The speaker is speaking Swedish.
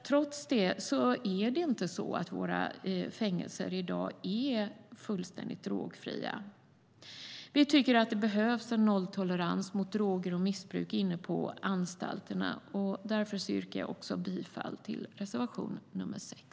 Trots det är inte våra fängelser i dag fullständigt drogfria. Vi tycker att det behövs en nolltolerans mot droger och missbruk inne på anstalterna. Därför yrkar jag bifall till reservation nr 6.